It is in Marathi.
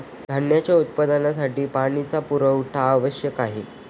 धान्याच्या उत्पादनासाठी पाण्याचा पुरवठा आवश्यक आहे